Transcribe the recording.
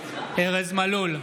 ארז מלול,